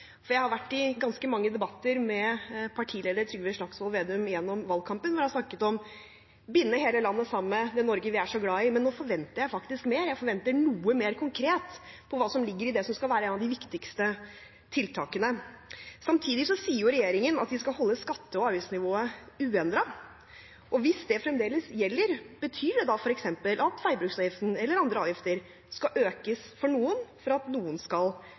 partileder Trygve Slagsvold Vedum der han har snakket om å binde hele landet sammen, det Norge vi er så glad i. Men nå forventer jeg faktisk mer – jeg forventer noe mer konkret om hva som ligger i det som skal være et av de viktigste tiltakene. Samtidig sier regjeringen at de skal holde skatte- og avgiftsnivået uendret. Hvis det fremdeles gjelder, betyr det da f.eks. at veibruksavgiften eller andre avgifter skal økes for noen, for at noen andre skal